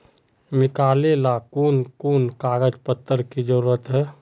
निकाले ला कोन कोन कागज पत्र की जरूरत है?